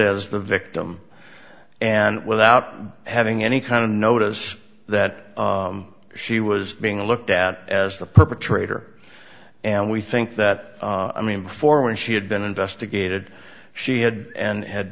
as the victim and without having any kind of notice that she was being looked at as the perpetrator and we think that i mean before when she had been investigated she had and had